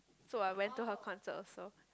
so I went to her concert also